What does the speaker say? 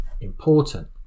important